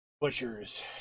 butchers